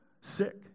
sick